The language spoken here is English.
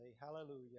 Hallelujah